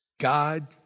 God